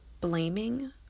blaming